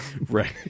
right